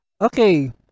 Okay